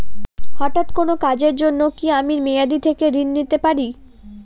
হঠাৎ কোন কাজের জন্য কি আমি মেয়াদী থেকে ঋণ নিতে পারি?